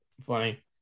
Funny